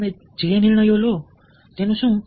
તમે જે નિર્ણયો લો છો તેનું શું